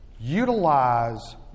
Utilize